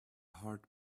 heart